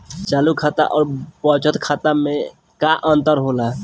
चालू खाता अउर बचत खाता मे का अंतर होला?